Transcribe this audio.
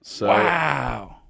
wow